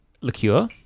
liqueur